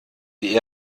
die